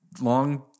long